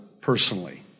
personally